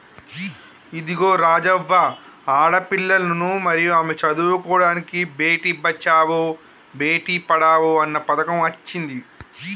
ఇదిగో రాజవ్వ ఆడపిల్లలను మరియు ఆమె చదువుకోడానికి బేటి బచావో బేటి పడావో అన్న పథకం అచ్చింది